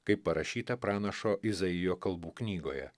kaip parašyta pranašo izaijo kalbų knygoje